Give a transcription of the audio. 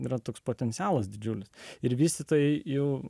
yra toks potencialas didžiulis ir vystytojai jau